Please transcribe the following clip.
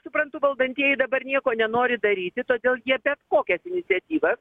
suprantu valdantieji dabar nieko nenori daryti todėl jie bet kokias iniciatyvas